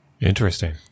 interesting